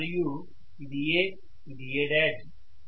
మరియు ఇది A ఇది A'